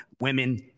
women